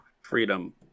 Freedom